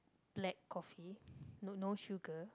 black coffee no sugar